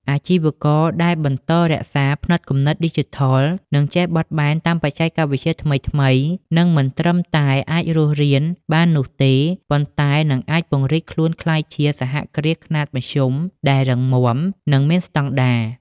អាជីវករដែលបន្តរក្សា ផ្នត់គំនិតឌីជីថល និងចេះបត់បែនតាមបច្ចេកវិទ្យាថ្មីៗ នឹងមិនត្រឹមតែអាចរស់រានបាននោះទេ ប៉ុន្តែនឹងអាចពង្រីកខ្លួនក្លាយជា សហគ្រាសខ្នាតមធ្យម ដែលរឹងមាំ និងមានស្តង់ដារ។